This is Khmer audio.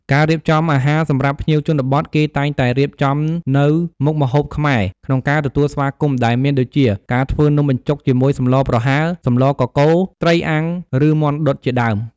ការរៀបចំអាហារសម្រាប់ភ្ញៀវជនបទ គេតែងតែ រៀបចំនូវមុខម្ហូបខ្មែរ ក្នុងការទទួលស្វាគមន៍ ដែលមានដូចជា ការធ្វើនំបញ្ចុកជាមួយសម្លប្រហើរ សម្លកកូរ ត្រីអាំង ឬមាន់ដុតជាដើម។